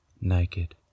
naked